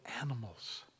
animals